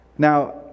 Now